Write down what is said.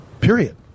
period